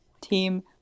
Team